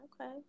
Okay